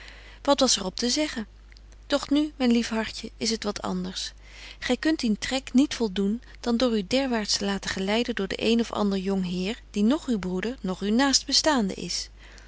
wat was er op te zeggen doch nu myn lief hartje is het wat anders gy kunt dien trek niet voldoen dan door u derwaards te laten geleiden door den een of ander jong heer die noch uw broeder noch uw naastbestaande is